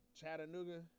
Chattanooga